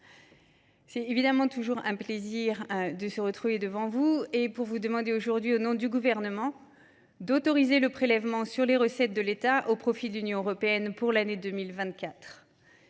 C’est évidemment toujours un plaisir de me retrouver ici, au Sénat, pour vous demander, au nom du Gouvernement, d’autoriser le prélèvement sur les recettes de l’État au profit de l’Union européenne pour l’année 2024.